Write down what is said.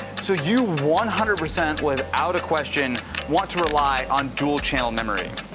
so you one hundred percent without a question want to rely on dual channel memory.